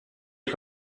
est